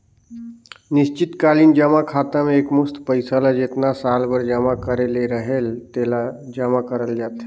निस्चित कालीन जमा खाता में एकमुस्त पइसा ल जेतना साल बर जमा करे ले रहेल तेला जमा करल जाथे